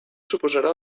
suposarà